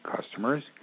customers